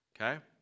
Okay